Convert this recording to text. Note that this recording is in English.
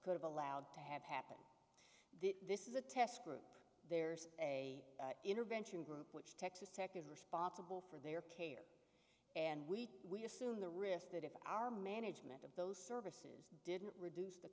could have allowed to have happen the this is a test group there's a intervention group texas tech is responsible for their care and we assume the risk that if our management of those services didn't reduce the